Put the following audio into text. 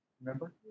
remember